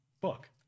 book